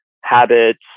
habits